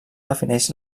defineix